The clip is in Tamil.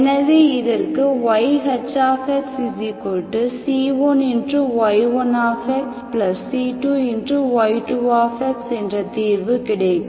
எனவே இதற்கு yHxc1y1c2y2 என்ற தீர்வு கிடைக்கும்